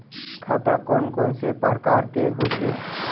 खाता कोन कोन से परकार के होथे?